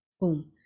boom